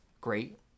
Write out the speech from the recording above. great